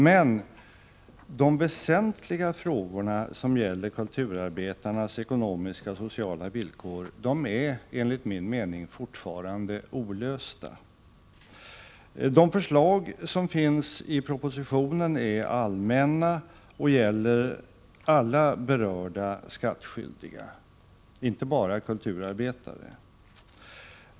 Men de väsentliga frågorna som gäller kulturarbetarnas ekonomiska och sociala villkor är enligt min mening fortfarande olösta. De förslag som finns i propositionen är allmänna och gäller alla berörda skattskyldiga, inte bara kulturarbetare.